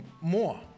more